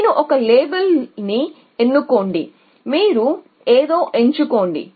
నేను ఒక లేబుల్ని ఎన్నుకుంటానని చెప్పనివ్వండి మీరు ఏదో ఎంచుకోండి